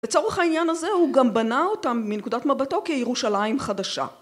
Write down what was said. לצורך העניין הזה הוא גם בנה אותם מנקודת מבטו כירושלים חדשה.